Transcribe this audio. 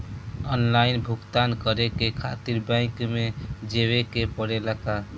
Online भुगतान करे के खातिर बैंक मे जवे के पड़ेला का?